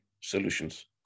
solutions